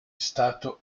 stato